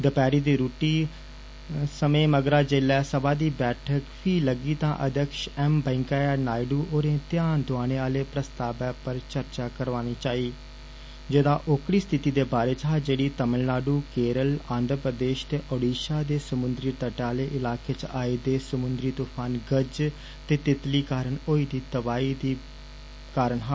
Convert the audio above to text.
दपैहरी दी रुट्टी दे समें मगरा जेल्लै सभा दी बैठक फी लग्गी तां अध्यक्ष एम वैंकेय्या नायडू होरें ध्यान दोआने आले प्रस्तावै पर चर्चा कराना चाही जेडा ओकड़ी स्थिति दे बारे च हा जेड़ी तमिलनाडू केरल आंध्रप्रदेष ते ओड़ीषा दे समुन्द्री तटै आले इलों च आए दे समुन्द्री तूफान गज ते तितली कारण होई दी तबाही दी बनी दी ऐ